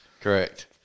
Correct